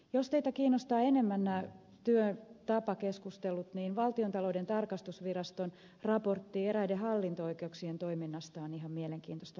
jos teitä kiinnostavat enemmän nämä työtapakeskustelut niin valtiontalouden tarkastusviraston raportti eräiden hallinto oikeuksien toiminnasta on ihan mielenkiintoista luettavaa